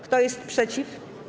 Kto jest przeciw?